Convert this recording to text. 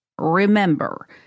Remember